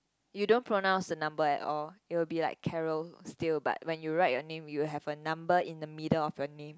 you don't pronounce the number at all it will be like Carol still but when you write you name you have a number in the middle of your name